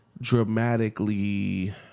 dramatically